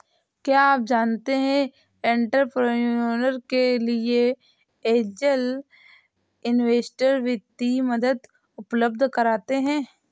क्या आप जानते है एंटरप्रेन्योर के लिए ऐंजल इन्वेस्टर वित्तीय मदद उपलब्ध कराते हैं?